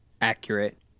accurate